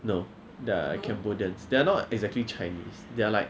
no they are cambodians they are not exactly chinese they are like